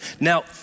Now